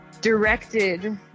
directed